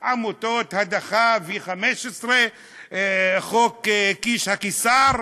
עמותות, הדחה, V15, חוק קיש הקיסר,